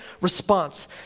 response